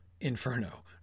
Inferno